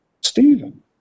Stephen